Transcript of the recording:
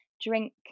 drink